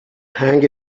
hang